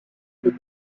des